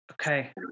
okay